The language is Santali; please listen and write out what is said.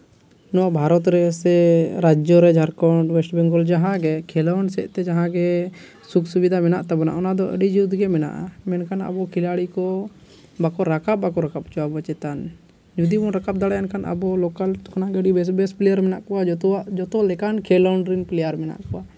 ᱱᱚᱣᱟ ᱵᱷᱟᱨᱚᱛ ᱨᱮᱥᱮ ᱨᱟᱡᱽᱡᱚ ᱨᱮ ᱡᱷᱟᱲᱠᱷᱚᱸᱰ ᱚᱭᱮᱥᱴ ᱵᱮᱝᱜᱚᱞ ᱡᱟᱦᱟᱸ ᱜᱮ ᱠᱷᱮᱞᱳᱰ ᱥᱮᱫᱛᱮ ᱡᱟᱦᱟᱸ ᱜᱮ ᱥᱩᱠ ᱥᱩᱵᱤᱫᱟ ᱢᱮᱱᱟᱜ ᱛᱟᱵᱚᱱᱟ ᱚᱱᱟ ᱫᱚ ᱟᱹᱰᱤ ᱡᱩᱫ ᱜᱮ ᱢᱮᱱᱟᱜᱼᱟ ᱢᱮᱱᱠᱷᱟᱱ ᱟᱵᱚ ᱠᱷᱮᱞᱟᱲᱤ ᱠᱚ ᱵᱟᱠᱚ ᱨᱟᱠᱟᱵ ᱵᱟᱠᱚ ᱨᱟᱠᱟᱵ ᱦᱚᱪᱚᱣᱟ ᱵᱚᱱ ᱪᱮᱛᱟᱱ ᱡᱩᱫᱤᱢ ᱨᱟᱠᱟᱵ ᱫᱟᱲᱮᱭᱟᱜᱼᱟ ᱮᱱᱠᱷᱟᱱ ᱟᱵᱚ ᱞᱳᱠᱟᱞ ᱠᱷᱚᱱ ᱟᱹᱰᱤ ᱵᱮᱥ ᱵᱮᱥ ᱯᱞᱮᱭᱟᱨ ᱢᱮᱱᱟᱜ ᱠᱚᱣᱟ ᱡᱚᱛᱚᱣᱟᱜ ᱡᱚᱛᱚ ᱞᱮᱠᱟᱱ ᱠᱷᱮᱞᱳᱰ ᱨᱮᱱ ᱯᱞᱮᱭᱟᱨ ᱢᱮᱱᱟᱜ ᱠᱚᱣᱟ